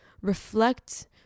reflect